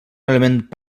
element